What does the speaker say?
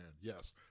Yes